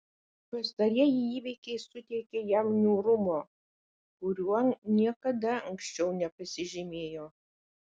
pastarieji įvykiai suteikė jam niūrumo kuriuo niekada anksčiau nepasižymėjo